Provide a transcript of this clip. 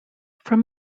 from